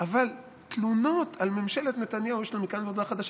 אבל תלונות על ממשלת נתניהו יש לו מכאן ועד להודעה חדשה,